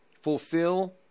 fulfill